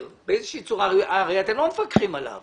באיזושהי צורה - הרי אתם לא מפקחים עליו